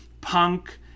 punk